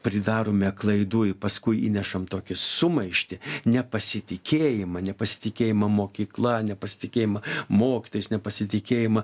pridarome klaidų ir paskui įnešam tokią sumaištį nepasitikėjimą nepasitikėjimą mokykla nepasitikėjimą mokytojais nepasitikėjimą